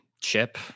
chip